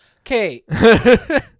Okay